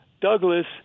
Douglas